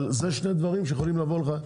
אבל אלו שני דברים שיכולים לבוא לך,